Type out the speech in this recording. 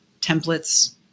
templates